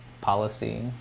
policy